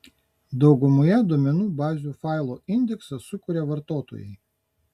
daugumoje duomenų bazių failo indeksą sukuria vartotojai